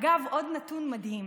אגב, עוד נתון מדהים: